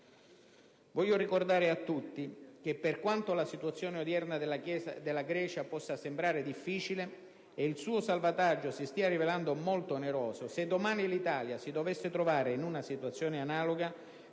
Voglio ricordare a tutti che, per quanto la situazione odierna della Grecia possa sembrare difficile e il suo salvataggio si stia rivelando molto oneroso, se domani l'Italia si dovesse trovare in una situazione analoga,